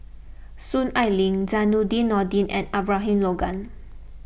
Soon Ai Ling Zainudin Nordin and Abraham Logan